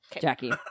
Jackie